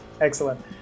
Excellent